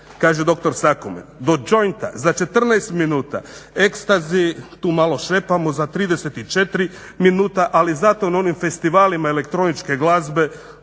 kaže dr. Sakoman, do jointa za 14 minuta, ecstasy tu malo šepamo za 34 minuta. Ali zato na onim festivalima elektroničke glazbe